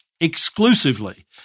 exclusively